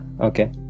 okay